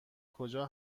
کجا